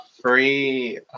free